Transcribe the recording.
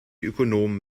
ökonomen